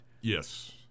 Yes